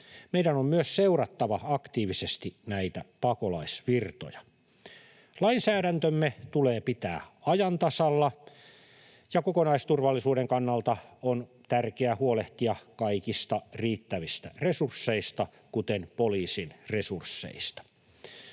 Meidän on myös seurattava aktiivisesti näitä pakolaisvirtoja. Lainsäädäntömme tulee pitää ajan tasalla, ja kokonaisturvallisuuden kannalta on tärkeää huolehtia kaikista riittävistä resursseista, kuten poliisin resursseista.